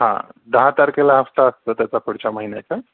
हा दहा तारखेला हफ्ता असतो त्याचा पुढच्या महिन्याच्या